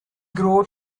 grow